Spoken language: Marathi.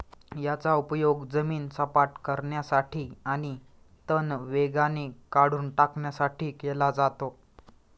याचा उपयोग जमीन सपाट करण्यासाठी आणि तण वेगाने काढून टाकण्यासाठी केला जातो